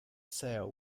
sale